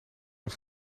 een